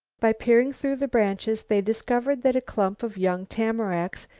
by peering through the branches they discovered that a clump of young tamaracks,